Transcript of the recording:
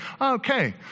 okay